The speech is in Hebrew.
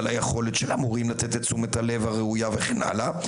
על היכולת של המורים לתת את תשומת הלב הראויה וכן הלאה,